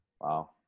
Wow